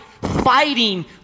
fighting